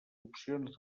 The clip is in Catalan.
opcions